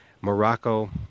Morocco